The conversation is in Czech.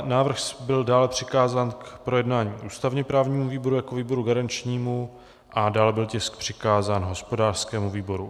Návrh byl dále přikázán k projednání ústavněprávnímu výboru jako výboru garančnímu a dále byl tisk přikázán hospodářskému výboru.